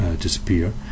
disappear